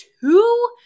two